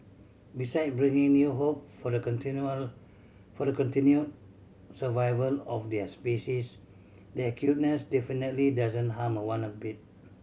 beside bringing new hope for the continued for the continued survival of their species their cuteness definitely doesn't harm one of bit